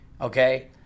Okay